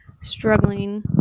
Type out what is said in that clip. struggling